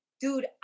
dude